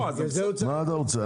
מה אתה רוצה?